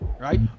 right